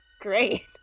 Great